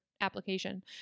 application